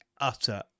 utter